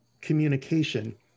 communication